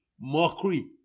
mockery